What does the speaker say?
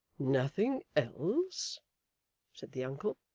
nothing else said the uncle.